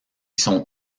sont